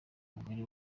mugari